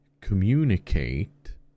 communicate